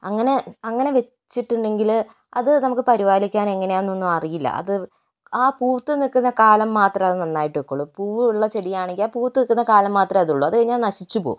അങ്ങനെ അങ്ങനെ വെച്ചിട്ടുണ്ടെങ്കിൽ അത് നമുക്ക് പരിപാലിക്കാൻ എങ്ങനെയാ എന്നൊന്നുമറിയില്ല അത് ആ പൂത്ത് നിൽക്കുന്ന കാലം മാത്രം അത് നന്നായിട്ട് നിൽക്കുള്ളൂ പൂവ് ഉള്ള ചെടിയാണെങ്കിൽ ആ പൂത്ത് നിൽക്കുന്ന കാലം മാത്രമേ അത് ഉള്ളൂ അതുകഴിഞ്ഞ് അത് നശിച്ചുപോകും